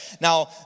Now